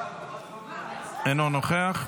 אינו נוכח,